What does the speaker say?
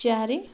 ଚାରି